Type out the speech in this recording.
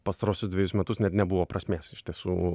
pastaruosius dvejus metus net nebuvo prasmės iš tiesų